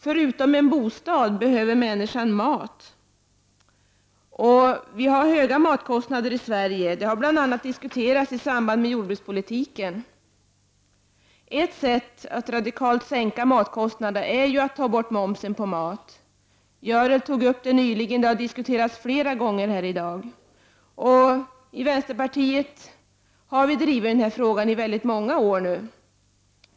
Förutom en bostad behöver människan mat. Vi har höga matkostnader i Sverige. Detta har bl.a. diskuterats i samband med jordbrukspolitiken. Ett sätt att radikalt sänka matkostnaderna är ju att ta bort momsen på mat. Vi i vänsterpartiet har drivit den frågan i många år.